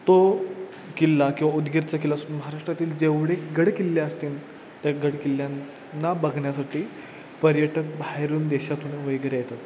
तो किल्ला किंवा उदगिरचा किल्ला महाराष्ट्रातील जेवढे गडकिल्ले असतील त्या गडकिल्ल्यांना बघण्यासाठी पर्यटक बाहेरून देशातून वगैरे येतात